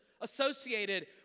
associated